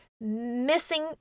missing